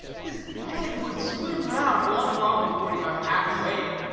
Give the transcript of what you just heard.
his head would swim round, long, long before he got half-way.